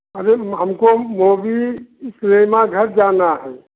अरे म हमको मोवी सिनेमा घर जाना है